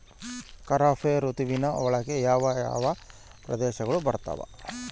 ಖಾರೇಫ್ ಋತುವಿನ ಒಳಗೆ ಯಾವ ಯಾವ ಪ್ರದೇಶಗಳು ಬರ್ತಾವ?